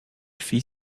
fit